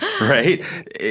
right